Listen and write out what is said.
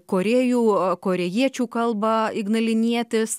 korėjų korėjiečių kalbą ignalinietis